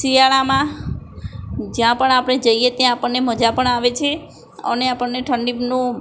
શિયાળમાં જ્યાં પણ આપણે જઈએ ત્યાં આપણને મજા પણ આવે છે અને આપણને ઠંડીનું